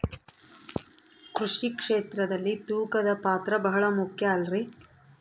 ಕೃಷಿ ಕ್ಷೇತ್ರದಲ್ಲಿ ತೂಕದ ಪಾತ್ರ ಬಹಳ ಮುಖ್ಯ ಅಲ್ರಿ?